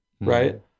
right